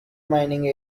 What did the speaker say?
mining